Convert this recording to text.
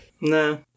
No